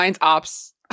ops